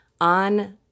on